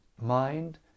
Mind